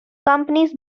companies